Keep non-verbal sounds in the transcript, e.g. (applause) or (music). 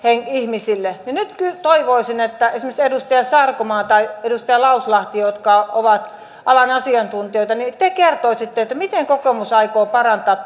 ihmisille niin nyt kyllä toivoisin että esimerkiksi edustaja sarkomaa tai edustaja lauslahti jotka ovat alan asiantuntijoita kertoisi miten kokoomus aikoo parantaa (unintelligible)